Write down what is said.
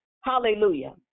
hallelujah